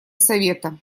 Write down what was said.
совета